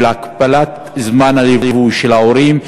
של הכפלת זמן הליווי של ההורים,